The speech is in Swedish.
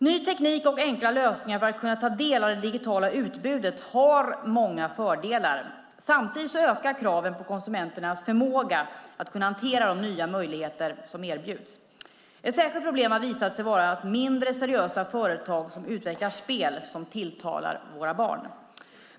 Ny teknik och enkla lösningar för att kunna ta del av det digitala utbudet har många fördelar. Samtidigt ökar kraven på konsumenternas förmåga att kunna hantera de nya möjligheter som erbjuds. Ett särskilt problem har visat sig vara mindre seriösa företag som utvecklar spel som tilltalar våra barn.